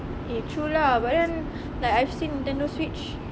eh true lah but then like I've seen the new switch